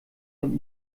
und